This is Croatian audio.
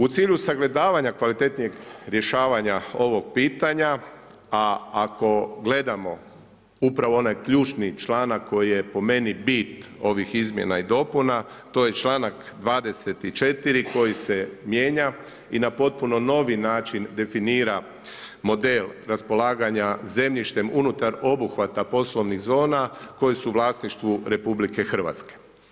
U cilju sagledavanja kvalitetnije rješavanja ovog pitanja, a ako gledamo upravo onaj ključni članak koji je po meni bit ovih izmjena i dopuna, to je članak 24. koji se mijenja i na potpuno novi način definira model raspolaganja zemljištem unutar obuhvata poslovnih zona koji su u vlasništvu RH.